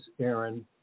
Aaron